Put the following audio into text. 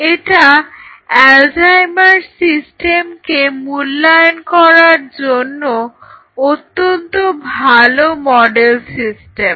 এটা অ্যালজাইমার্স সিস্টেমকে মূল্যায়ন করার জন্য অত্যন্ত ভালো মডেল সিস্টেম